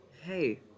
hey